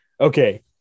okay